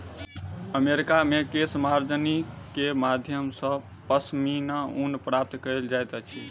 America मे केशमार्जनी के माध्यम सॅ पश्मीना ऊन प्राप्त कयल जाइत अछि